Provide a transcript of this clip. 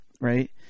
right